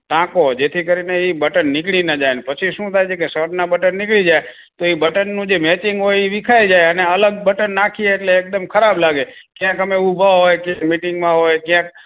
ટાંકો જેથી કરીને એ બટન નીકળી ન જાય ને પછી શું થાય છે કે શર્ટનાં બટન નીકળી જાય તો એ બટનનું જે મેચિંંગ હોય એ વિખાઈ જાય અને અલગ બટન નાખીએ એટલે એકદમ ખરાબ લાગે ક્યાંક અમે ઊભા હોય કે મિટિંગમાં હોય ક્યાંક